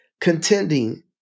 Contending